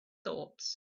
thoughts